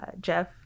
Jeff